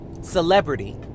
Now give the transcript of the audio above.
celebrity